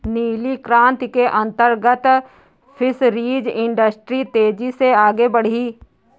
नीली क्रांति के अंतर्गत फिशरीज इंडस्ट्री तेजी से आगे बढ़ी